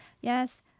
yes